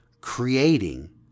creating